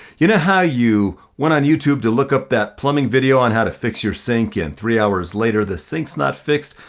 you know how you went on youtube to look up that plumbing video on how to fix your sink and three hours later, the sink's not fixed,